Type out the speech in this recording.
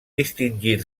distingir